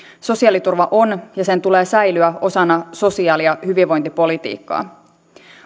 sosiaaliturva on ja sen tulee säilyä osana sosiaali ja hyvinvointipolitiikkaa